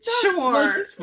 Sure